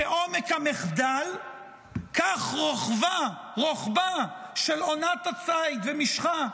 כעומק המחדל כך רוחבה של עונת הציד ומשכה.